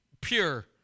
pure